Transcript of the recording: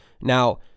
Now